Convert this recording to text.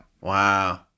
Wow